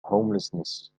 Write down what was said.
homelessness